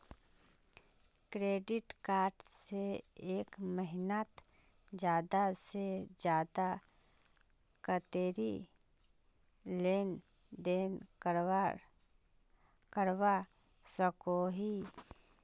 Credit card से एक महीनात ज्यादा से ज्यादा कतेरी लेन देन करवा सकोहो ही?